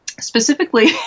Specifically